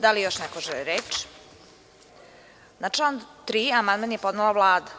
Da li još neko želi reč? (Ne) Na član 3. amandman je podnela Vlada.